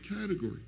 category